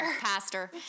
Pastor